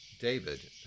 David